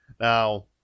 now